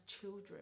children